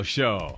Show